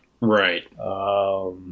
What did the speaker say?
right